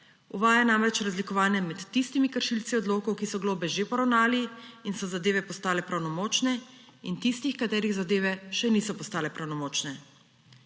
Uvaja namreč razlikovanje med tistimi kršilci odlokov, ki so globe že poravnali in so zadeve postale pravnomočne, in tistimi, katerih zadeve še niso postale pravnomočne.